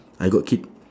I got kid